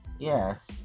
Yes